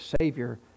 Savior